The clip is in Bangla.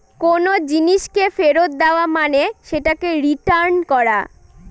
কোনো জিনিসকে ফেরত দেওয়া মানে সেটাকে রিটার্ন করা